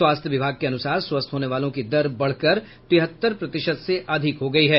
स्वास्थ्य विभाग के अनुसार स्वस्थ होने वालों की दर बढ़कर तिहत्तर प्रतिशत से अधिक हो गयी है